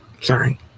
Sorry